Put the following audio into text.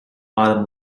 bottom